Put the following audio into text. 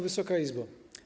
Wysoka Izbo!